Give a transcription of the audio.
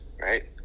right